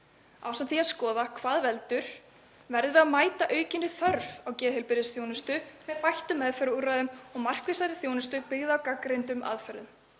Ásamt því að skoða hvað veldur verðum við að mæta aukinni þörf á geðheilbrigðisþjónustu með bættum meðferðarúrræðum og markvissari þjónustu byggðri á gagnreyndum aðferðum.